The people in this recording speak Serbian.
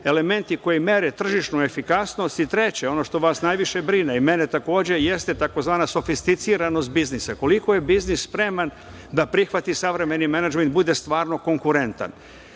elementi koji mere tržišnu efikasnost i treće, ono što vas najviše brine, i mene takođe, jeste tzv. sofisticiranost biznisa, koliko je biznis spreman da prihvati savremeni menadžment i bude stvarno konkurentan.